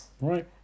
Right